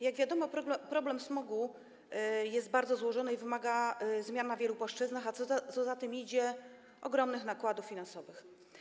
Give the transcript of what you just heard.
Jak wiadomo, problem smogu jest bardzo złożony i wymaga zmian na wielu płaszczyznach, a co za tym idzie - ogromnych nakładów finansowych.